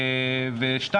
וב.